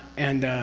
and